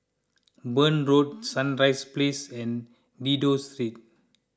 Burn Road Sunrise Place and Dido Street